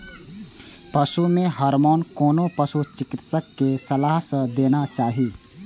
पशु मे हार्मोन कोनो पशु चिकित्सक के सलाह सं देना चाही